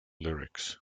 lyrics